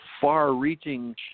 far-reaching